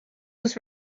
was